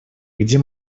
где